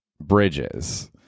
bridges